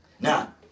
Now